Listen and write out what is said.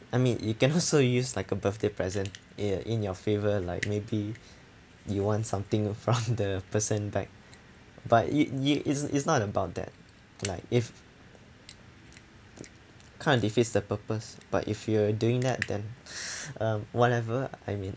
I mean you can also use like a birthday present uh in your favor like maybe you want something from the person type but i~ i~ it's it's not about that like if kind of defeats the purpose but if you're doing that then um whatever I mean